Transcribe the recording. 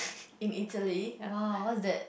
in Italy !wow! what's that